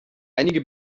einige